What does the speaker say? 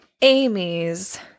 Amy's